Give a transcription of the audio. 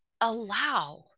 allow